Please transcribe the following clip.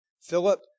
Philip